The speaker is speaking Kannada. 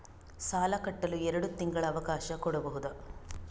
ಸಾಲ ಕಟ್ಟಲು ಎರಡು ತಿಂಗಳ ಅವಕಾಶ ಕೊಡಬಹುದಾ?